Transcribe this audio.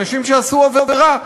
אנשים שעשו עבירה.